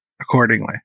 accordingly